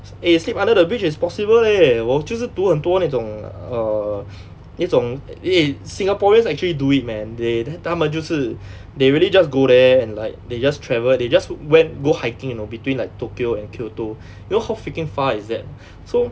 eh sleep under the bridge is possible eh 我就是读很多那种 err 那种 eh singaporeans actually do it man 他们就是 they really just go there and like they just travel they just went go hiking you know between like tokyo and kyoto you know how freaking far is that so